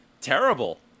terrible